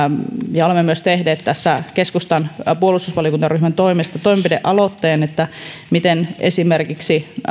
ja olemme myös tehneet tästä keskustan puolustusvaliokuntaryhmän toimesta toimenpidealoitteen miten esimerkiksi